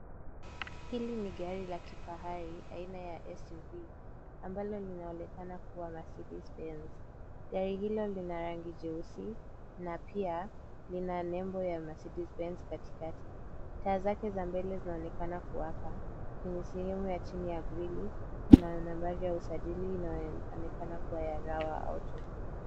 Hili ni gari la kifahari, aina ya SUV, ambalo linaonekana kuwa Mercedes Benz. Gari hilo lina rangi jeusi, na pia lina nembo ya Mercedes Benz kati kati. Taa zake za mbele zinaonekana kuwaka, kwenye sehemu ya chini ya grili kuna nambari ya usajili inaonekana kuwa ya Rawa Auto.